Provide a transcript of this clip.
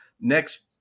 Next